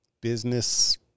business